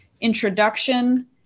introduction